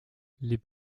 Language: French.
les